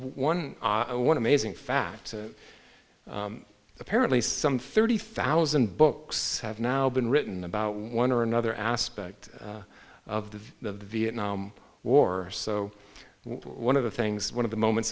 to mazing fact apparently some thirty thousand books have now been written about one or another aspect of the the vietnam war so one of the things one of the moments